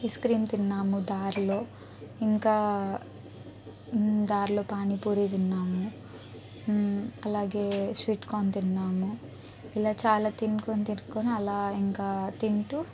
ice cream తిన్నాము దారిలో ఇంకా మ్ దారిలో పానీపూరీ తిన్నాము మ్ అలాగే స్వీట్ కార్న్ తిన్నాము ఇలా చాలా తినుకుని తినుకుని అలా ఇంకా తింటూ